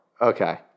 Okay